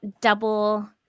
double